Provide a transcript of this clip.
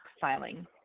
filing